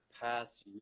past